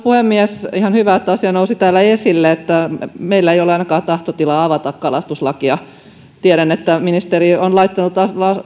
puhemies on ihan hyvä että asia nousi täällä esille meillä ei ainakaan ole tahtotilaa avata kalastuslakia tiedän että ministeri on laittanut